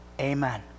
Amen